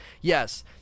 Yes